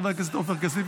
חבר הכנסת עופר כסיף,